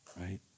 Right